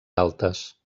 altes